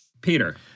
Peter